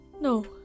No